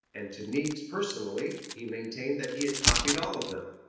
and to niecks personally he maintained that he had copied all of them.